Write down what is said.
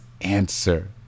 answer